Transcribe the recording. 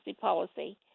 policy